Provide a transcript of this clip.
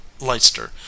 leicester